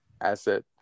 asset